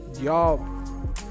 Y'all